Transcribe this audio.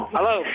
Hello